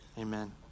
Amen